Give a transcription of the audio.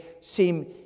seem